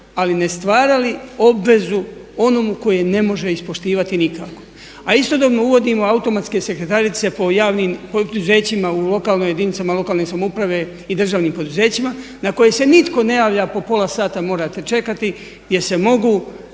ali ne stvarali obvezu onomu tko je ne može ispoštivati nikako. A istodobno uvodimo automatske sektretarice po javnim poduzećima u lokalnoj, jedinicama lokalne samouprave i državnim poduzećima na koje se nitko ne javlja. Po pola sata morate čekati jer se mogu